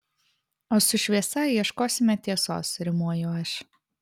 o su šviesa ieškosime tiesos rimuoju aš